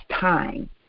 time